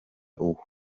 uwo